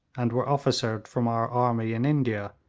and were officered from our army in india,